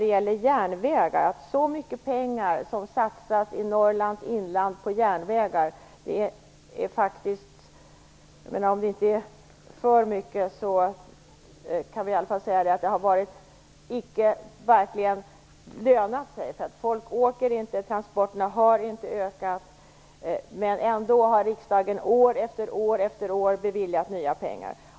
Det har satsats mycket pengar på järnvägar i Norrlands inland. Även om det inte är för mycket har det i alla fall inte lönat sig. Folk åker inte tåg. Transporterna har inte ökat. Ändå har riksdagen år efter år beviljat nya pengar.